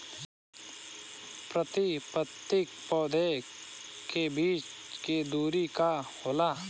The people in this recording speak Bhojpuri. प्रति पंक्ति पौधे के बीच के दुरी का होला?